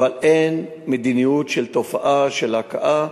אבל אין תופעה של מדיניות של הכאה.